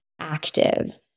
active